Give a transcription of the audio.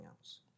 else